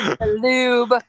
lube